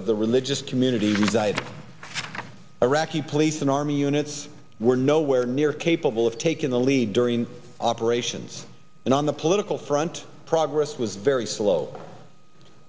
of the religious community died iraqi police and army units were nowhere near capable of taking the lead during operations and on the political front progress was very slow